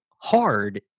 hard